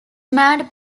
mad